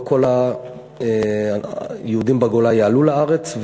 לא כל יהודי הגולה יעלו לארץ,